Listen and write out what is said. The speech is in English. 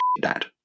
dad